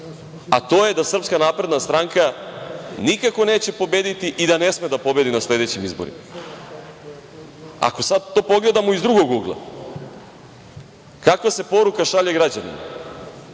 a to je da SNS nikako neće pobediti i da ne sme da pobedi na sledećim izborima. Ako sad to pogledamo iz drugog ugla, kakva se poruka šalje građanima